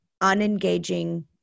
unengaging